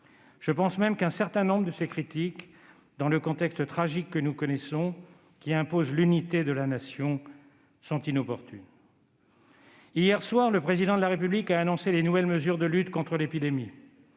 Je pense même qu'un certain nombre de ces critiques, dans le contexte tragique que nous connaissons et qui impose l'unité de la Nation, sont inopportunes. Hier soir, le Président de la République a annoncé les nouvelles mesures de lutte contre l'épidémie.